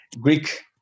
Greek